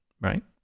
right